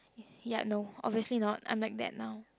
ya no obviously not I'm like that now